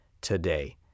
today